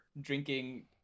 drinking